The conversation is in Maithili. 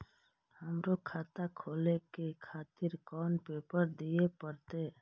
हमरो खाता खोले के खातिर कोन पेपर दीये परतें?